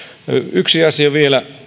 yksi asia vielä